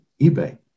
eBay